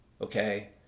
okay